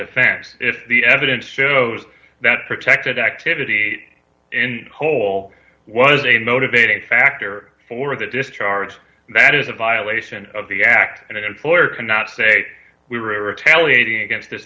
defense if the evidence shows that protected activity in whole was a motivating factor for the discharge that is a violation of the act and an employer cannot say we were retaliating against th